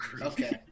Okay